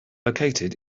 located